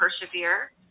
persevere